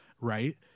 right